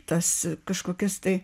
tas kažkokias tai